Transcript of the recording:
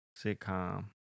sitcom